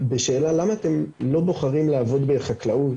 בשאלה למה אתם לא בוחרים לעבוד בחקלאות,